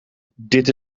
dit